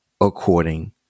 according